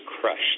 crushed